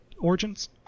Origins